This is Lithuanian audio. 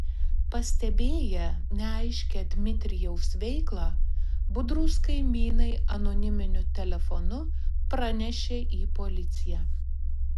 pastebėję neaiškią dmitrijaus veiklą budrūs kaimynai anoniminiu telefonu pranešė į policiją